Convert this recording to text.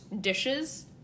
dishes